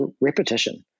repetition